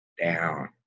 down